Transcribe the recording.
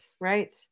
right